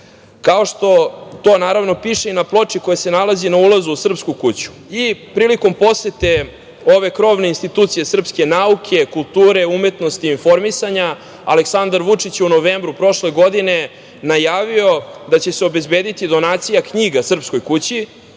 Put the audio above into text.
kao što to naravno piše i na ploči koja se nalazi na ulazu u Srpsku kuću. Prilikom posete ove krovne institucije srpske nauke, kulture, umetnosti i informisanja Aleksandar Vučić u novembru prošle godine je najavio da će se obezbediti donacija knjiga Srpskoj kući